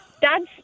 Dad's